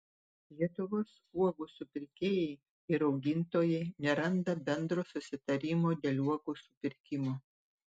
lietuvos uogų supirkėjai ir augintojai neranda bendro susitarimo dėl uogų supirkimo